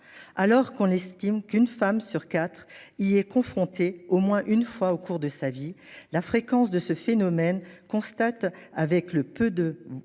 Alors que l'on estime qu'une femme sur quatre y est confrontée au moins une fois au cours de sa vie, la fréquence de ce phénomène contraste avec le peu,